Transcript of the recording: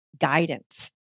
guidance